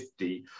50